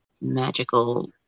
magical